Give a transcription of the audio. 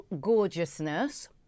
gorgeousness